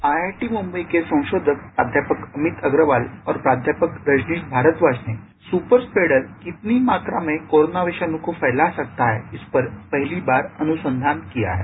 IIT Mumbai के संशोधक प्राध्यापक अमित अग्रवाल और प्राध्यापक रजनीश भारद्वाज ने सुपर स्प्रेडर कितनी मात्रा में कोरोना विषाणु को फैला सकता है इस पर पहली बार अनुसंधान किया है